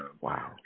Wow